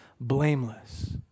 blameless